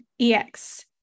EX